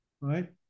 right